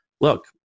look